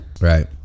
right